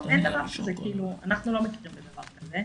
לא, אין דבר כזה, אנחנו לא מכירים דבר כזה.